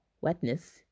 wetness